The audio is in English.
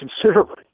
considerably